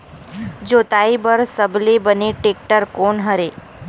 जोताई बर सबले बने टेक्टर कोन हरे?